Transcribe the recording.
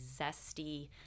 zesty